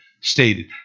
stated